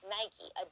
Nike